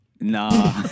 Nah